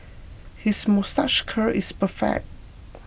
his moustache curl is perfect